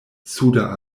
suda